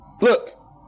look